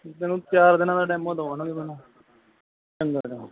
ਤੈਨੂੰ ਚਾਰ ਦਿਨਾਂ ਦਾ ਡੈਮੋ ਦੁਆਣਗੇ ਪਹਿਲਾਂ ਚੰਗਾ ਹੈ